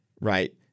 right